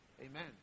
Amen